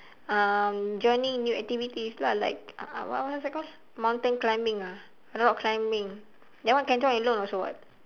um joining new activities lah like what what's that called mountain climbing ah rock climbing that one can join alone also [what]